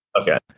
Okay